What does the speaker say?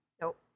Nope